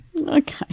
Okay